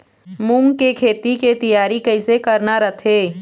मूंग के खेती के तियारी कइसे करना रथे?